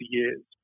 years